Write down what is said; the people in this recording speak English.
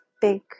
big